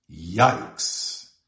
yikes